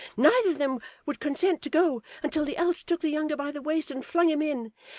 neither of them would consent to go, until the elder took the younger by the waist, and flung him in.